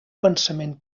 pensament